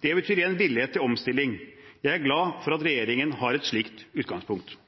Det betyr igjen villighet til omstilling. Jeg er glad for at regjeringen har et slikt utgangspunkt.